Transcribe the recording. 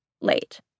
late